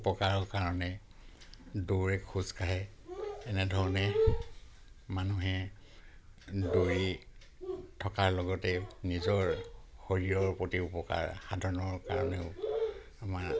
উপকাৰৰ কাৰণে দৌৰে খোজ কাঢ়ে এনেধৰণে মানুহে দৌৰি থকাৰ লগতে নিজৰ শৰীৰৰ প্ৰতি উপকাৰ সাধনৰ কাৰণেও আমাৰ